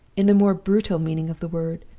in the more brutal meaning of the word.